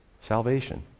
Salvation